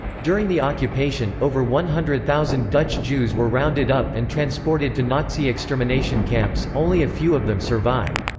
during the occupation, over one hundred thousand dutch jews were rounded up and transported to nazi extermination camps only a few of them survived.